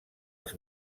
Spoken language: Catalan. els